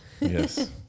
Yes